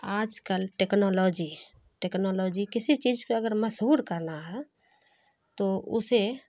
آج کل technology technology کسی چیز کو اگر مشہور کرنا ہے تو اسے